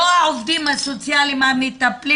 לא העובדים הסוציאליים המטפלים